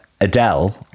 Adele